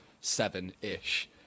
seven-ish